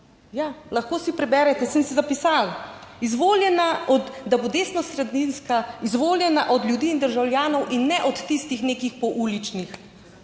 lahko si preberete, sem si zapisala: izvoljena, da bo desnosredinska, izvoljena od ljudi in državljanov in ne od tistih nekih pouličnih